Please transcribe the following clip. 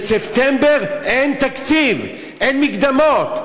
בספטמבר אין תקציב, אין מקדמות.